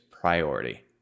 priority